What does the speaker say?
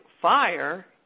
fire